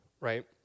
Right